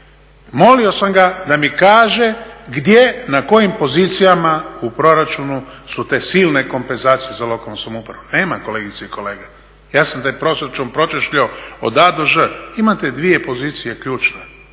molio sam ga da mi kaže gdje na kojim pozicijama u proračunu su te silne kompenzacije za lokalnu samoupravu. Nema, kolegice i kolege. Ja sam taj proračun pročešljao od A do Ž. Imate dvije pozicije ključne,